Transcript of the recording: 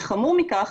וחמור מכך,